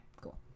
cool